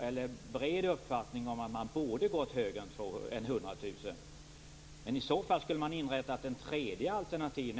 en bred uppfattning att man borde ha gått högre än 100 000 kr, men i så fall skulle man ha inrättat ett tredje alternativ.